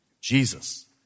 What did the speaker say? Jesus